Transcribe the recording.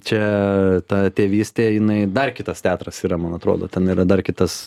čia ta tėvystė jinai dar kitas teatras yra man atrodo ten yra dar kitas